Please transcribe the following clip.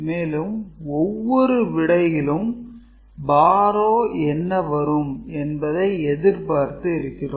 மேலும் ஒவ்வொரு விடையிலும் "Borrow" என்ன வரும் என்பதை எதிர்பார்ப்பது இருக்கிறோம்